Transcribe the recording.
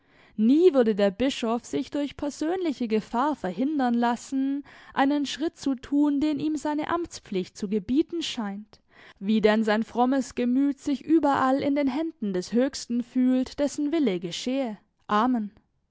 nie würde der bischof sich durch persönliche gefahr verhindern lassen einen schritt zu tun den ihm seine amtspflicht zu gebieten scheint wie denn sein frommes gemüt sich überall in den händen des höchsten fühlt dessen wille geschehe amen